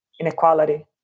inequality